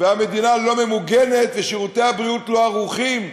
והמדינה לא ממוגנת ושירותי הבריאות לא ערוכים.